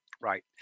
right